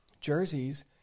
jerseys